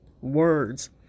words